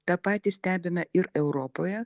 tą patį stebime ir europoje